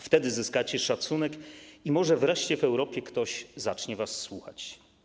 Wtedy zyskacie szacunek i może wreszcie w Europie ktoś zacznie was słuchać.